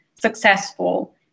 successful